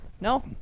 No